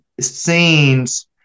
scenes